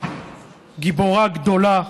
גיבורה גדולה,